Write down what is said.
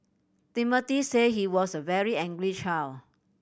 Timothy said he was a very angry child